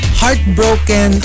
heartbroken